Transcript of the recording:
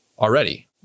already